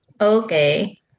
Okay